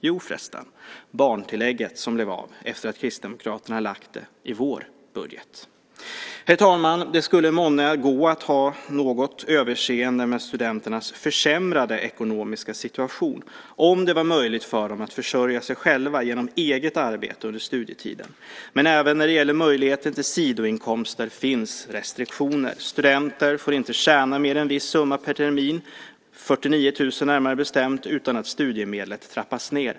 Jo förresten, barntillägget som blev av efter att vi kristdemokrater hade föreslagit det i vår budget. Herr talman! Det skulle månne gå att ha något överseende med studenternas försämrade ekonomiska situation om det vore möjligt för dem att försörja sig själva genom eget arbete under studietiden. Men även när det gäller möjligheten till sidoinkomster finns restriktioner. Studenter får inte tjäna mer än en viss summa per termin, 49 000 kr närmare bestämt, utan att studiemedlet trappas ned.